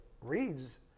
reads